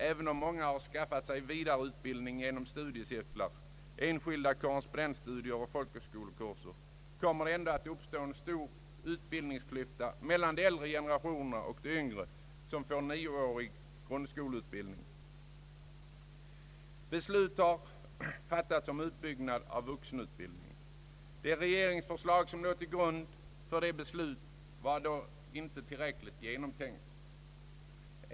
även om många har skaffat sig vidareutbildning genom studiecirklar, enskilda korrespondensstudier och folkhögskolekurser kommer det ändå att uppstå en stor utbildningsklyfta mellan de äldre generationerna och de yngre som får en nioårig grundskoleutbildning. Beslut har fattats om utbyggnad av vuxenutbildningen. Det regeringsförslag som låg till grund för beslutet var dock inte tillräckligt genomtänkt.